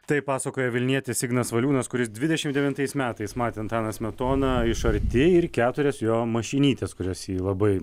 tai pasakoja vilnietis ignas valiūnas kuris dvidešim devintais metais matė antaną smetoną iš arti ir keturias jo mašinytes kurios jį labai